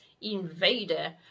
invader